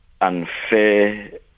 unfair